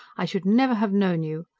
i should never have known you.